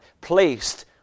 placed